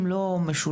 אם לא משולש,